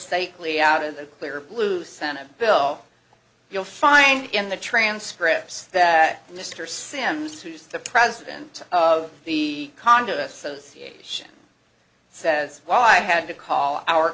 stately out of the clear blue senate bill you'll find in the transcripts that mr sims who's the president of the condo association says well i had to call our